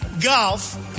golf